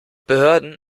behörden